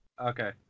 Okay